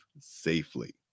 safely